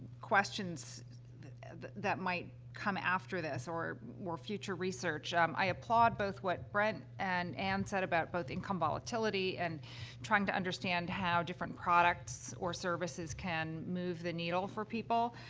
questions that might come after this or were future research. um, i applaud both what brent and ann said about both income volatility and trying to understand how different products or services can move the needle for people.